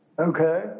Okay